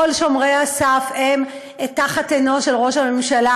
כל שומרי הסף הם תחת עינו של ראש הממשלה,